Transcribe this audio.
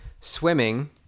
swimming